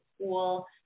school